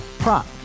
Prop